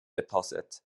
deposit